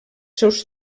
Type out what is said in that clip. seus